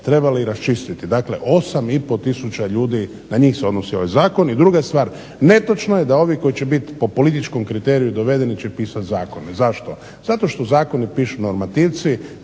trebali raščistiti. Dakle, 8,5 tisuća ljudi na njih se odnosi ovaj zakon. I druga stvar, netočno je da ovi koji će biti po političkom kriteriju dovedeni će pisati zakone. Zašto? Zato što zakone pišu normativci,